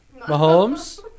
Mahomes